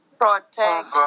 Protect